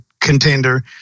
contender